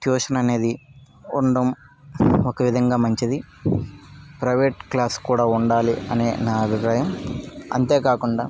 tuition అనేది ఉండటం ఒక విధంగా మంచిది ప్రైవేట్ క్లాస్ కూడా ఉండాలి అనే నా అభిప్రాయం అంతేకాకుండా